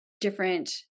different